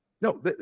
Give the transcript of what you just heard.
no